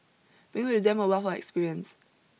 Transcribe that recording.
bring with them a wealth of experience